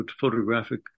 photographic